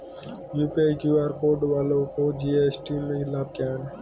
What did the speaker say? UPI QR code वालों को GST में लाभ क्या है?